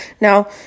now